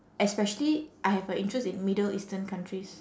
especially I have a interest in middle eastern countries